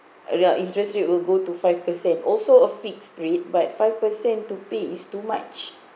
the interest rate will go to five per cent also a fixed rate but five per cent to pay is too much